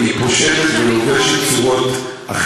היא פושטת ולובשת צורות,